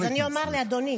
אז אני אומר לאדוני.